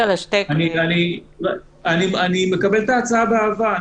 אני מקבל את ההצעה באהבה.